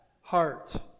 heart